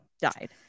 died